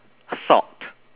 thought